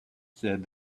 said